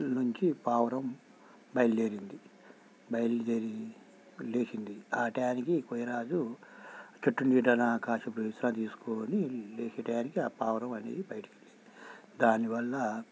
నుంచి పావురం బయలుదేరింది బయలుదేరి లేచింది ఆ టయానికి కోయరాజు చెట్టు నీడన కాసేపు విశ్రాంతి తీసుకోని లేచే టయానికి ఆ పావురం అనేది బయటికెళ్ళింది దానివల్ల